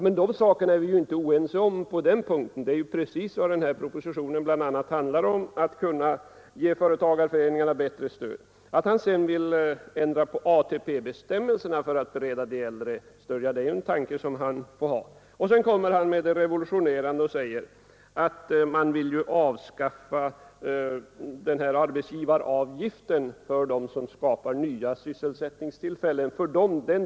Men på den punkten är vi inte oense; detta är precis vad propositionen handlar om, nämligen att ge företagarföreningarna bättre stöd. Att han sedan vill ändra på ATP-bestämmelserna för att bereda de äldre stöd är naturligtvis en tanke som han får ha. Sedan kommer han med det revolutionerande förslaget att avskaffa arbetsgivaravgiften för dem som skapar nya sysselsättningstillfällen.